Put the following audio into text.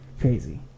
crazy